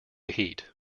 heat